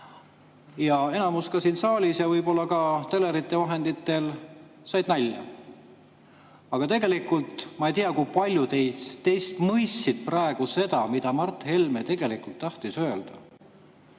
Enamik siin saalis ja võib-olla ka telerite vahendusel said nalja. Aga tegelikult ma ei tea, kui paljud teist mõistsid, mida Mart Helme tegelikult tahtis öelda,